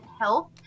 health